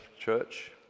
church